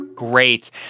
Great